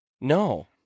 No